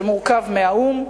שמורכב מהאו"ם,